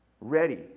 ready